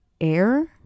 air